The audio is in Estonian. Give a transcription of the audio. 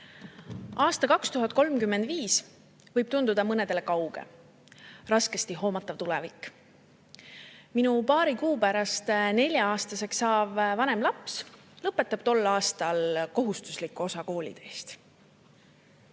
Aasta 2035 võib tunduda mõnedele kauge, raskesti hoomatav tulevik. Minu paari kuu pärast nelja-aastaseks saav vanem laps lõpetab tol aastal kohustusliku osa kooliteest.